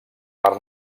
per